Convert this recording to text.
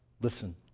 Listen